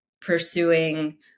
pursuing